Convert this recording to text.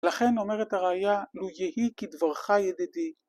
‫לכן אומרת הראייה, ‫לו יהי כי דברך ידידי.